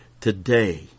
Today